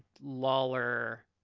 Lawler